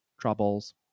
troubles